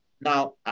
Now